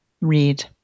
Read